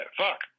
fuck